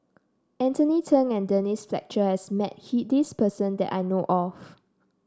Anthony Then and Denise Fletcher has met he this person that I know of